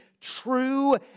true